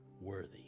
worthy